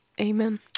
Amen